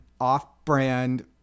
off-brand